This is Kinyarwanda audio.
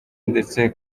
ndetse